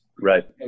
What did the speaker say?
Right